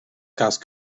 casse